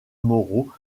moreau